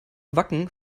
wacken